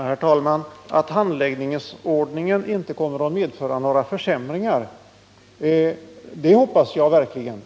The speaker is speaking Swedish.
Herr talman! Att handläggningsordningen inte kommer att medföra några försämringar hoppas jag verkligen.